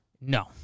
No